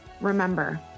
Remember